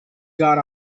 got